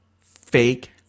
fake